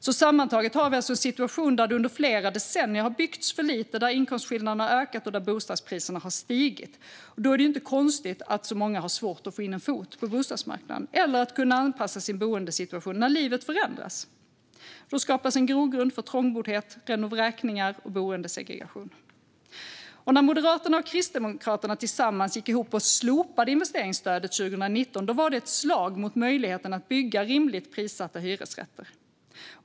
Sammantaget har vi alltså en situation där det under flera decennier har byggts för lite, inkomstskillnaderna har ökat och bostadspriserna har stigit. Då är det inte konstigt att så många har svårt att få in en fot på bostadsmarknaden eller att anpassa sin boendesituation när livet förändras. Då skapas en grogrund för trångboddhet, renovräkningar och boendesegregation. När Moderaterna och Kristdemokraterna gick ihop och slopade investeringsstödet 2019 var det ett slag mot möjligheten att bygga rimligt prissatta hyresrätter.